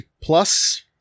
plus